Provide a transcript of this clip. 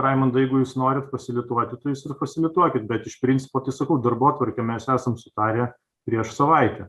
raimundai jeigu jūs norit fasilituoti tai jūs ir fasilituokit bet iš principo tai sakau darbotvarkę mes esam sutarę prieš savaitę